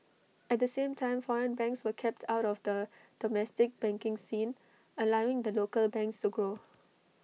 at the same time foreign banks were kept out of the domestic banking scene allowing the local banks to grow